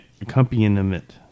accompaniment